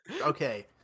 okay